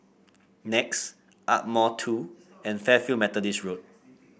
Nex Ardmore Two and Fairfield Methodist